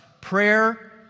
Prayer